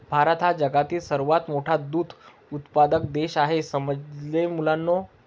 भारत हा जगातील सर्वात मोठा दूध उत्पादक देश आहे समजले मुलांनो